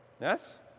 Yes